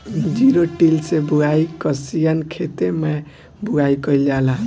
Zero till से बुआई कयिसन खेते मै बुआई कयिल जाला?